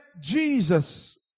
Jesus